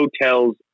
hotels